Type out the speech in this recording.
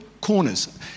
corners